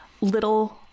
little